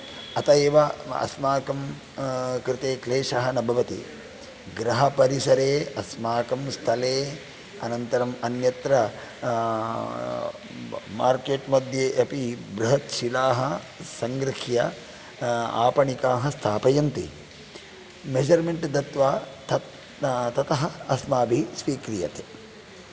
अत एव अस्माकं कृते क्लेशः न भवति गृहपरिसरे अस्माकं स्थले अनन्तरं अन्यत्र मार्केट् मध्ये अपि बृहत् शिलाः संगृह्य आपणिकाः स्थापयन्ति मेजर्मेंट् दत्वा तत् ततः अस्माभिः स्वीक्रियते